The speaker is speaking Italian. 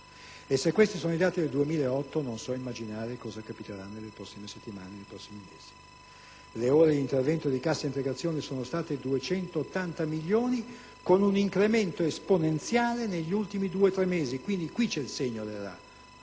E se questi sono i dati del 2008, non so immaginare cosa capiterà nelle prossime settimane e nei prossimi mesi. Le ore di intervento di cassa integrazione sono state 280 milioni, con un incremento esponenziale negli ultimi 2-3 mesi: quindi, è qui il segno di quanto